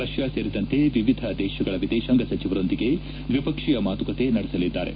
Russia ಸೇರಿದಂತೆ ವಿವಿಧ ದೇಶಗಳ ವಿದೇಶಾಂಗ ಸಚಿವರೊಂದಿಗೆ ದ್ವಿಪಕ್ಷೀಯ ಮಾತುಕತೆ ನಡೆಸಲಿದ್ದಾರೆ